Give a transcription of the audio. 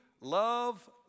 love